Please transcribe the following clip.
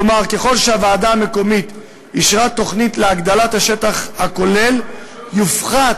כלומר ככל שהוועדה המקומית אישרה תוכנית להגדלת השטח הכולל יופחת